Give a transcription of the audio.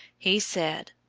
he said,